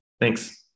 Thanks